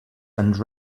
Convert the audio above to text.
and